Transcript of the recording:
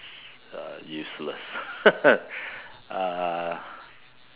uh useless uh